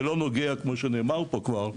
זה לא נוגע כמו שנאמר פה כבר,